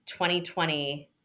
2020